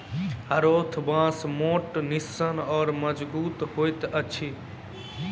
हरोथ बाँस मोट, निस्सन आ मजगुत होइत अछि